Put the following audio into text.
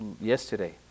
yesterday